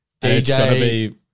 DJ